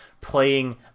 playing